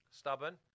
stubborn